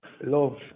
love